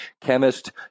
Chemist